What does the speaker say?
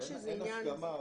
אין הסכמה.